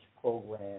program